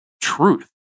truth